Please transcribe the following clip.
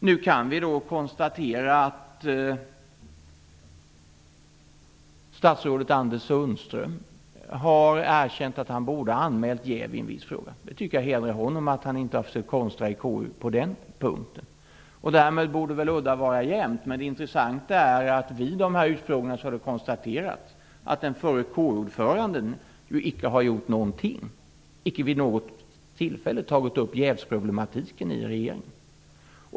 Nu kan vi konstatera att statsrådet Anders Sundström har erkänt att han borde ha anmält jäv i en viss fråga. Jag tycker att det hedrar honom att han inte har försökt konstra i KU på den punkten. Därmed borde väl udda vara jämt, men det intressanta är att det vid dessa utfrågningar har konstaterats att den förre KU-ordföranden inte har gjort någonting. Inte vid något tillfälle har han tagit upp jävsproblematiken i regeringen.